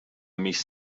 mis